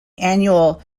annual